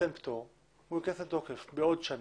ניתן פטור שייכנס לתוקף בעוד שנה.